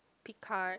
pick card